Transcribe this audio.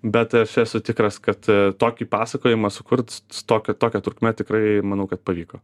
bet aš esu tikras kad tokį pasakojimą sukurt tokį tokia tokia trukme tikrai manau kad pavyko